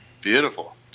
Beautiful